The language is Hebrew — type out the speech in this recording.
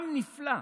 עם נפלא.